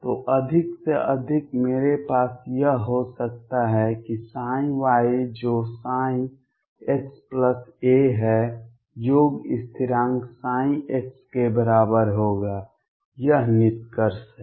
तो अधिक से अधिक मेरे पास यह हो सकता है कि y जो xa है योग स्थिरांक x के बराबर होगा यह निष्कर्ष है